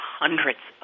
hundreds